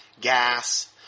gas